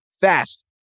fast